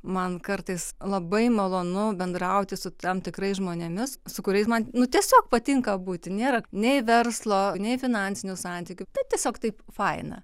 man kartais labai malonu bendrauti su tam tikrais žmonėmis su kuriais man nu tiesiog patinka būti nėra nei verslo nei finansinių santykių tai tiesiog taip faina